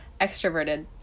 extroverted